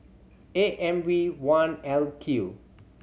A M V one L Q